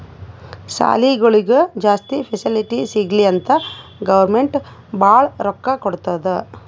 ಸಾಲಿಗೊಳಿಗ್ ಜಾಸ್ತಿ ಫೆಸಿಲಿಟಿ ಸಿಗ್ಲಿ ಅಂತ್ ಗೌರ್ಮೆಂಟ್ ಭಾಳ ರೊಕ್ಕಾ ಕೊಡ್ತುದ್